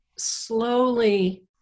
slowly